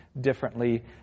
differently